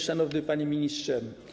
Szanowny Panie Ministrze!